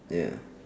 ya